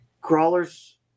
crawlers